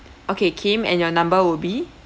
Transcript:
okay kim and your number will be